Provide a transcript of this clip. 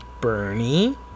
Bernie